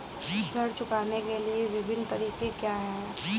ऋण चुकाने के विभिन्न तरीके क्या हैं?